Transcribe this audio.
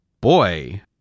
boy